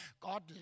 God